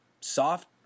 soft